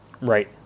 Right